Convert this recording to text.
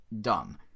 dumb